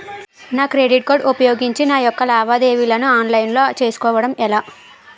నా credit card ఉపయోగించి నా యెక్క లావాదేవీలను ఆన్లైన్ లో చేసుకోవడం ఎలా?